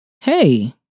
Hey